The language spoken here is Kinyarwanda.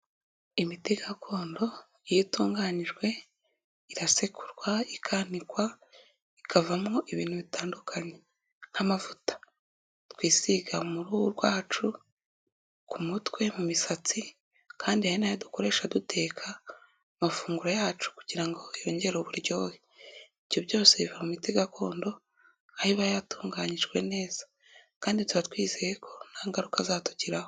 Imiti gakondo iyo itunganijwe irasekurwa, ikanikwa ikavamo ibintu bitandukanye nk'amavuta twisiga mu ruhu rwacu, ku mutwe, mu misatsi kandi hari n'ayo dukoresha duteka amafunguro yacu kugira ngo yongere uburyohe, ibyo byose biva mu miti gakondo aho iba yatunganijwe neza kandi tuba twizeye ko nta ngaruka azatugiraho.